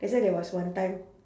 that's why there was one time